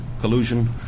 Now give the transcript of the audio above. collusion